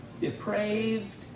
Depraved